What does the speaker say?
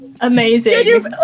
amazing